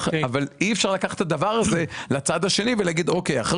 אי אפשר לקחת את הדבר הזה לצד השני ולהגיד: אחרי